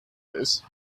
this